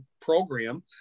program